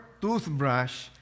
toothbrush